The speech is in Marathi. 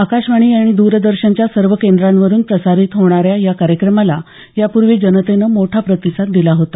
आकाशवाणी आणि द्रदर्शनच्या सर्व केंद्रांवरून प्रसारीत होणाऱ्या या कार्यक्रमास यापूर्वी जनतेनं मोठा प्रतिसाद दिला होता